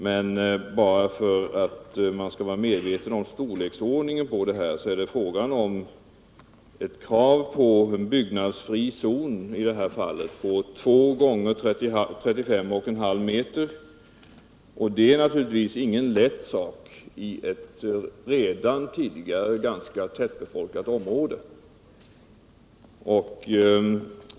Men för att man skall vara medveten om storleksordningen kan jag nämna att det i detta fall är fråga om ett krav på en byggnadsfri zon på 2 x 35,5 m, vilket naturligtvis inte gör det hela lätt i ett redan tätbefolkat område.